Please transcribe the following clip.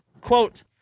quote